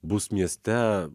bus mieste